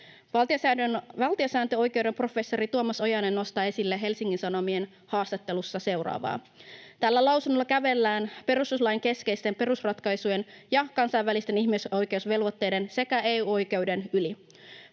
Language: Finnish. Valtiosääntöoikeuden professori Tuomas Ojanen nostaa esille Helsingin Sanomien haastattelussa seuraavaa: ”Tällä lausunnolla kävellään perustuslain keskeisten perusratkaisujen ja kansainvälisten ihmisoikeusvelvoitteiden sekä EU-oikeuden yli.